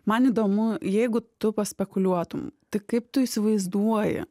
man įdomu jeigu tu paspekuliuotum tai kaip tu įsivaizduoji